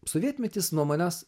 sovietmetis nuo manęs